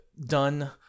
done